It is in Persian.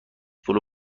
پلو